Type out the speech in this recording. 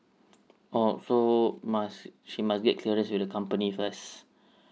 oh so must she must get clearance with the company first